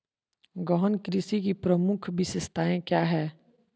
गहन कृषि की प्रमुख विशेषताएं क्या है?